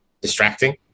distracting